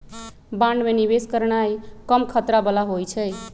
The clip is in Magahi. बांड में निवेश करनाइ कम खतरा बला होइ छइ